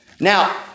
Now